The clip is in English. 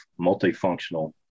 multifunctional